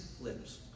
lips